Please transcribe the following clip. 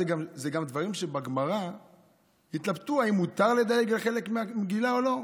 אלה דברים שגם בגמרא התלבטו אם מותר לדלג על חלק מהמגילה או לא.